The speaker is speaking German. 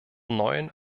neuen